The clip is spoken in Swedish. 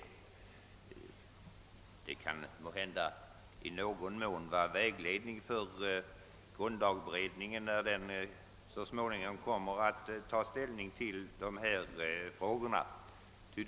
Vad som sagts kan måhända vara en viss vägledning för grundlagberedningen när den så småningom skall ta ställning till dessa frågor.